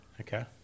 okay